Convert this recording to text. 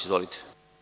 Izvolite.